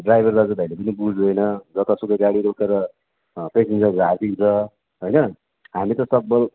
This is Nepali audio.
ड्राइभर दाजु भाइले पनि बुझ्दैन जतासुकै गाडी रोकेर पेसेन्जरहरू हालिदिन्छ होइन हामी त सक्दो